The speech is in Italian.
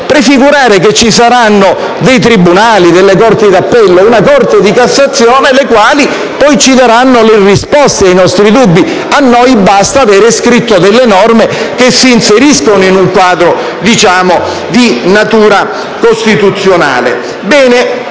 prefigurare che ci saranno dei tribunali, delle corti d'appello una Corte di cassazione le quali poi daranno risposta ai nostri dubbi. A noi basta aver scritto delle norme che si inseriscono in un quadro di natura costituzionale. Bene,